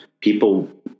people